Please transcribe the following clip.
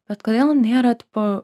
bet kodėl nėra tipo